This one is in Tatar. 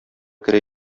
керә